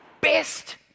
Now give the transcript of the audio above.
best